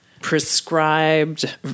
prescribed